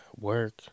work